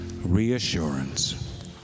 reassurance